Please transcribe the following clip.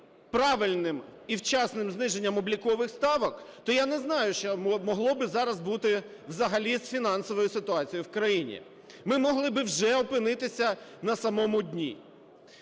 правильним і вчасним зниженням облікових ставок, то я не знаю, що могло би зараз бути взагалі з фінансовою ситуацією в країні. Ми могли би вже опинитися на самому дні.